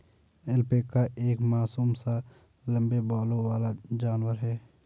alpaca एक मासूम सा लम्बे बालों वाला जानवर है